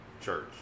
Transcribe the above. church